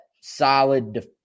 solid